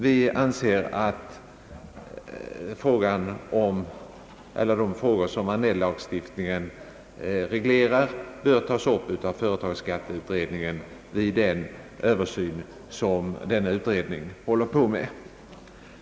Vi anser att de frågor som Annell-lagstiftningen reglerar bör tas upp av företagsskatteutredningen vid den översyn som den håller på med.